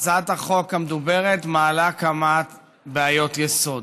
הצעת החוק המדוברת מעלה כמה בעיות יסוד.